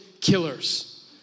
killers